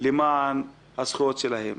עבור זכויותיהם.